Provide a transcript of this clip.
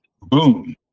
Boom